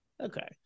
Okay